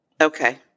Okay